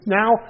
now